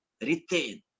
retain